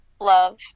love